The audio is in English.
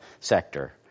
sector